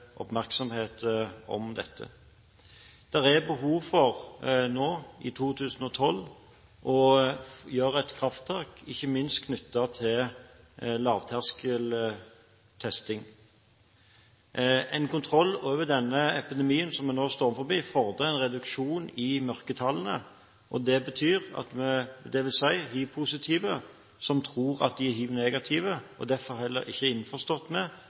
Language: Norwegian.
oppmerksomhet om dette. Det er nå, i 2012, behov for å gjøre et krafttak, ikke minst knyttet til lavterskeltesting. Å få kontroll over denne epidemien vi nå står overfor, fordrer en reduksjon i mørketallene. Det vil si at hivpositive, som tror de er hivnegative, er innforstått med nødvendigheten av å praktisere sikrere sex, og at man motiverer hivnegative menn, som har mye risikosex med